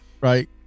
Right